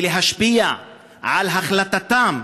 ולהשפיע על החלטתם,